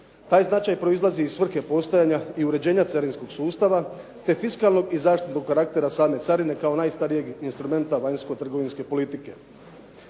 Taj značaj proizlazi iz svrhe postojanja i uređenja carinskog sustava, te fiskalnog i zaštitnog karaktera same carine kao najstarijeg instrumenta vanjskotrgovinske politike.